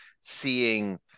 seeing